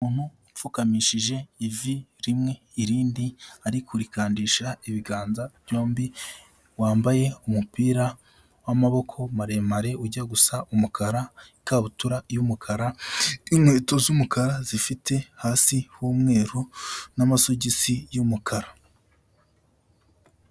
Umuntu upfukamishije ivi rimwe, irindi ari kurikandisha ibiganza byombi, wambaye umupira w'amaboko maremare ujya gusa umukara, ikabutura y'umukara n'inkweto z'umukara, zifite hasi h'umweru n'amasogisi y'umukara.